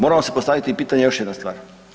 Moramo si postaviti pitanje još jedne stvari.